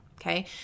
okay